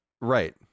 right